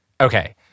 Okay